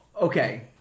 Okay